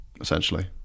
essentially